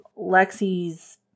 Lexi's